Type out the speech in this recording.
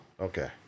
Okay